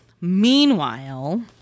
meanwhile